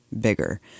bigger